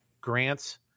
grant's